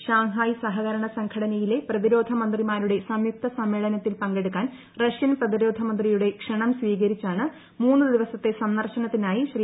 Shanghai സഹകരണ സംഘടനയിലെ പ്രതിരോധ മന്ത്രിമാരുടെ സംയുക്തസമ്മേളനത്തിൽ പങ്കെടുക്കാൻ റഷ്യൻ പ്രതിരോധമന്ത്രിയുടെ ക്ഷണം സ്വീകരിച്ചാണ് മൂന്നു ദിവസത്തെ സന്ദർശനത്തിനായി ശ്രീ